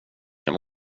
kan